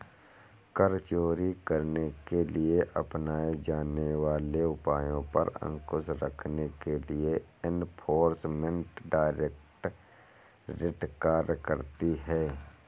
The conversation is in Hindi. कर चोरी करने के लिए अपनाए जाने वाले उपायों पर अंकुश रखने के लिए एनफोर्समेंट डायरेक्टरेट कार्य करती है